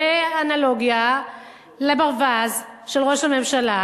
באנלוגיה לברווז של ראש הממשלה,